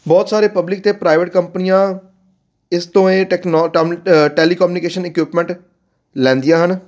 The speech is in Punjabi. ਬਹੁਤ ਸਾਰੇ ਪਬਲਿਕ ਅਤੇ ਪ੍ਰਾਈਵੇਟ ਕੰਪਨੀਆਂ ਇਸ ਤੋਂ ਇਹ ਟੈਕਨੋਲ ਟਮ ਟੈਲੀਕੋਮਨੀਕੇਸ਼ਨ ਇਕਯੂਪਮੈਂਟ ਲੈਂਦੀਆਂ ਹਨ